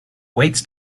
waits